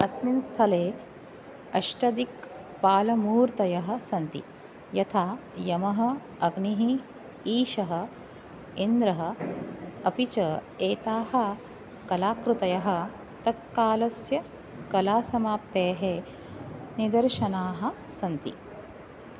अस्मिन् स्थले अष्टदिक्पालमूर्तयः सन्ति यथा यमः अग्निः ईशः इन्द्रः अपि च एताः कलाकृतयः तत्कालस्य कलासमाप्तेः निदर्शनाः सन्ति